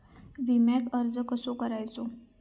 विम्याक अर्ज कसो करायचो?